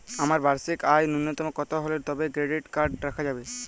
আমার বার্ষিক আয় ন্যুনতম কত হলে তবেই ক্রেডিট কার্ড রাখা যাবে?